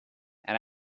and